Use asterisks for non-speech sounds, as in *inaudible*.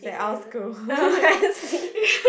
that outgrowth *laughs*